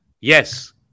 yes